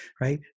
right